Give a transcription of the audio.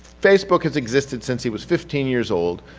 facebook has existed since he was fifteen years old,